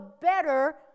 better